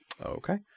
Okay